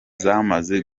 zamaze